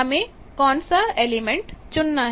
हमें कौन सा एलिमेंट चुनना है